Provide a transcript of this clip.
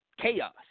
chaos